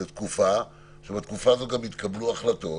זו תקופה שבה גם התקבלו החלטות